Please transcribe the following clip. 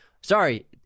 Sorry